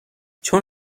چون